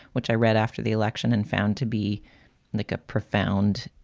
which i read after the election and found to be like a profound,